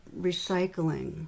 recycling